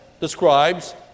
describes